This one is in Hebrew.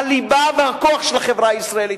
הליבה והכוח של החברה הישראלית,